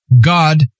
God